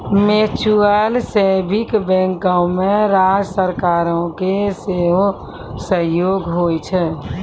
mutual saving बैंको मे राज्य सरकारो के सेहो सहयोग होय छै